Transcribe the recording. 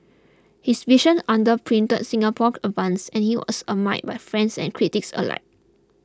his vision underpinned Singapore's advances and he was admired by friends and critics alike